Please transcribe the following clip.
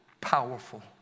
powerful